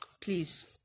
please